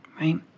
right